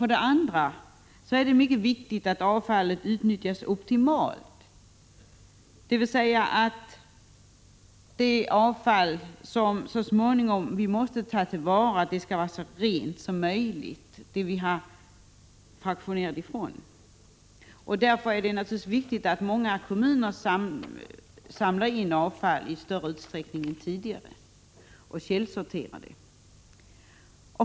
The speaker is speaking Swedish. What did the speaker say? För det andra är det mycket viktigt att avfallet utnyttjas optimalt, dvs. att det avfall som vi fraktionerat och så småningom måste tillvarata är så rent som möjligt. Det är naturligtvis riktigt att många kommuner samlar in avfall i större utsträckning än tidigare och källsorterar det.